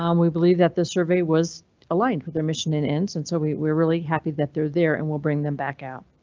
um we believe that the survey was aligned with our mission in ends, and so we're really happy that they're there and will bring them back out.